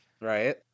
Right